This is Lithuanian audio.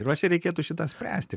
va čia reikėtų šitą spręsti